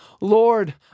Lord